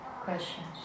questions